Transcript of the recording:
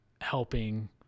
helping